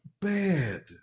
bad